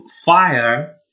fire